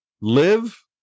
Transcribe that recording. live